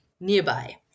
nearby